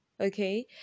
okay